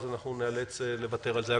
אנחנו נאלץ לוותר על זה.